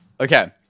Okay